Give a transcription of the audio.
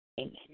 Amen